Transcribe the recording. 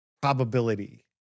probability